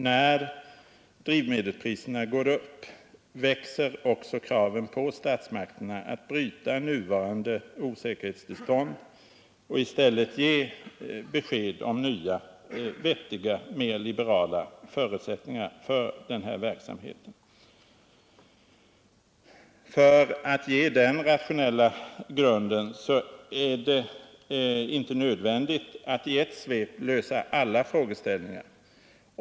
När drivmedelspriserna går upp växer också kravet på statsmakterna att bryta det nuvarande osäkerhetstillståndet och i stället ge besked om nya, vettiga och mer liberala förutsättningar för denna verksamhet. För att ge den rationella grunden är det inte nödvändigt att i ett svep lösa alla frågeställningar.